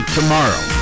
tomorrow